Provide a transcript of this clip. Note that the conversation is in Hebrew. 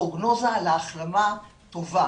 הפרוגנוזה על ההחלמה טובה".